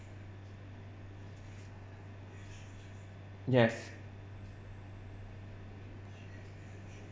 yes